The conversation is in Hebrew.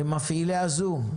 למפעילי הזום,